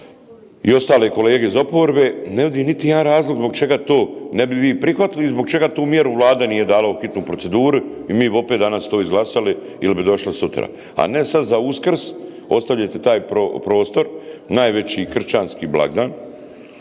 i ostali kolege iz oporbe ne vidim niti jedan razlog zbog čega to ne bi vi prihvatili i zbog čega tu mjeru Vlada nije dala u hitnu proceduru i mi bi opet to danas izglasali ili bi došli sutra. A ne sad za Uskrs ostavljate taj prostor, najveći kršćanski blagdan